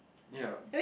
ya